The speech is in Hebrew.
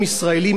אופציה אחרת,